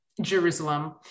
Jerusalem